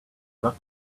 got